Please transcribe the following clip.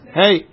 hey